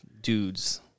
dudes